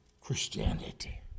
Christianity